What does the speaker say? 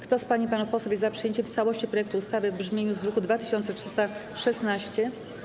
Kto z pań i panów posłów jest za przyjęciem w całości projektu ustawy w brzmieniu z druku nr 2316?